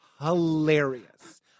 hilarious